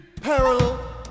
parallel